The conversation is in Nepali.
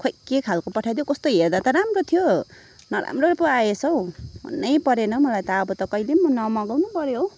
खै के खालको पठाइदियो कस्तो हेर्दा त राम्रो थियो नराम्रो पो आएछ हौ मनै परेन मलाई त अब त कहिले पनि नमगाउनु पऱ्यो हौ